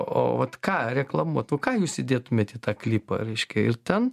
o vat ką reklamuotų o ką jūs įdėtumėt į tą klipą reiškia ir ten